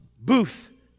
Booth